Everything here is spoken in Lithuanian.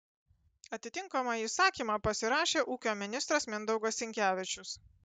atitinkamą įsakymą pasirašė ūkio ministras mindaugas sinkevičius